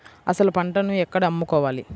అసలు పంటను ఎక్కడ అమ్ముకోవాలి?